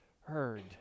heard